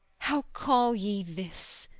how call ye this,